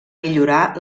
millorar